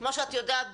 כמו שאת יודעת,